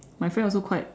my friend also quite